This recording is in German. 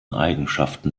eigenschaften